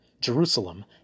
Jerusalem